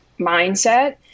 mindset